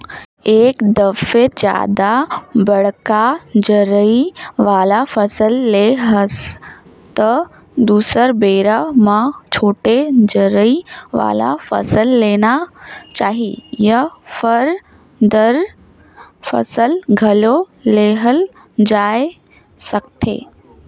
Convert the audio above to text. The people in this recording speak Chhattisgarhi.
एक दफे जादा बड़का जरई वाला फसल ले हस त दुसर बेरा म छोटे जरई वाला फसल लेना चाही या फर, दार फसल घलो लेहल जाए सकथे